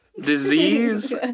disease